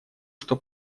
что